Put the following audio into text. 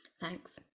thanks